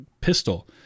pistol